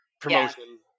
promotion